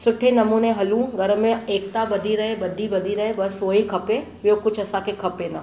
सुठे नमूने हलूं घर में एकता ॿदी रहे ॿदी ॿदी रहे बसि उहो ई खपे ॿियो कुझु असांखे खपे न